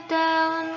down